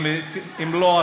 אם לא,